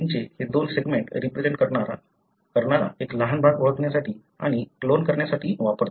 आपण हे जिनचे हे दोन सेगमेंट रिप्रेझेन्ट करणारा एक लहान भाग ओळखण्यासाठी आणि क्लोन करण्यासाठी वापरतो